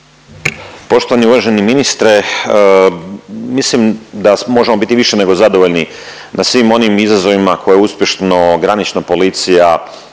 Poštovani i uvaženi ministre mislim da možemo biti više nego zadovoljni na svim onim izazovima koje uspješno granična policija